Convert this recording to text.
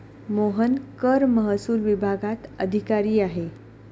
मोहन कर महसूल विभागात अधिकारी आहे